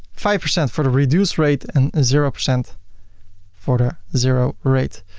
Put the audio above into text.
five percent for the reduced rate and zero percent for the zero rate.